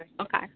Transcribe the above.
Okay